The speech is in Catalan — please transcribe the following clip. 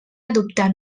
adoptar